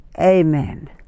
Amen